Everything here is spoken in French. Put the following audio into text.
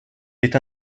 est